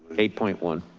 eight point one.